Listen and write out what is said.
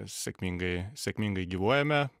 sėkmingai sėkmingai gyvuojame